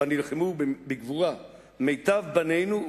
שבו נלחמו בגבורה מיטב בנינו,